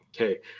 okay